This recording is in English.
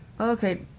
okay